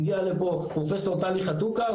הגיע לפה פרופ' טלי חתוקה,